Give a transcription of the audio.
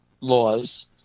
laws